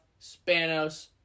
Spanos